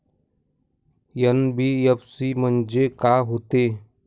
NBFC म्हणजे का होते?